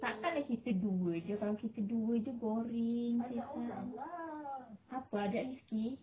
takkan lah kita dua jer kalau kita dua jer boring apa ajak fifi